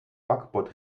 backbord